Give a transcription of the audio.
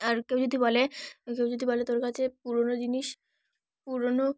আর কেউ যদি বলে কেউ যদি বলে তোর কাছে পুরনো জিনিস পুরনো